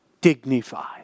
dignified